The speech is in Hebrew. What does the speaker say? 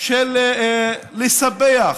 של סיפוח